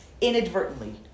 inadvertently